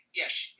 yes